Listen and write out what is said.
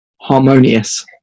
harmonious